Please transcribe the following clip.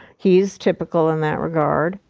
he's typical in that regard.